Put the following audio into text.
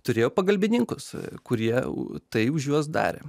turėjo pagalbininkus kurie tai už juos darė